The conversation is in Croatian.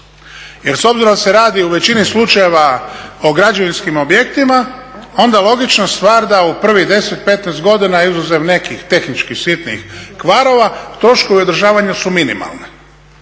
Jer s obzirom da se radi u većini slučajeva o građevinskim objektima, onda logična stvar da u prvih 10, 15 godina izuzev nekih tehničkih sitnih kvarova, troškovi održavanja su minimalni